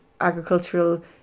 agricultural